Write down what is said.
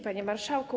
Panie Marszałku!